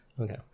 Okay